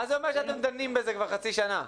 מה זה אומר שאתם דנים בזה כבר חצי שנה?